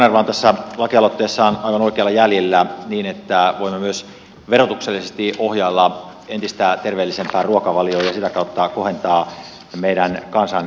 edustaja kanerva on tässä lakialoitteessaan aivan oikeilla jäljillä niin että voimme myös verotuksellisesti ohjailla entistä terveellisempään ruokavalioon ja sitä kautta kohentaa meidän kansanterveyttämme